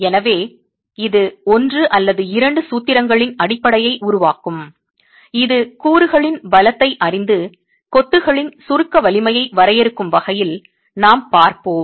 எனவே இது ஒன்று அல்லது இரண்டு சூத்திரங்களின் அடிப்படையை உருவாக்கும் இது கூறுகளின் பலத்தை அறிந்து கொத்துகளின் சுருக்க வலிமையை வரையறுக்கும் வகையில் நாம் பார்ப்போம்